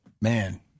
Man